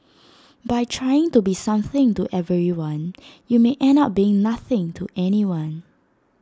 by trying to be something to everyone you may end up being nothing to anyone